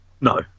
No